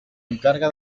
encarga